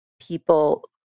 people